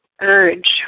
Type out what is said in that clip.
urge